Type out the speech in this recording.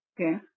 Okay